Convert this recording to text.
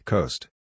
Coast